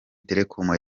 telecom